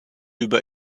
über